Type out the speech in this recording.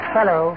Hello